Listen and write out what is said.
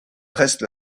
reste